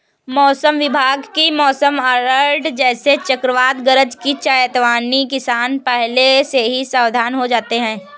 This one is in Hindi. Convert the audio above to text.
मौसम विभाग की मौसम अलर्ट जैसे चक्रवात गरज की चेतावनी पर किसान पहले से ही सावधान हो जाते हैं